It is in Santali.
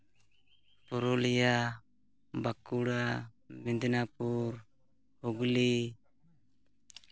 ᱯᱩᱨᱩᱞᱤᱭᱟ ᱵᱟᱸᱠᱩᱲᱟ ᱢᱤᱫᱽᱱᱟᱯᱩᱨ ᱦᱩᱜᱽᱞᱤ